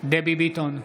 דבי ביטון,